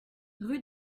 rue